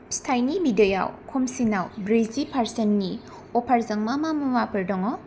फिथाइनि बिदैयाव खमसिनाव ब्रैजि पार्सेन्टनि अफारजों मा मा मुवाफोर दङ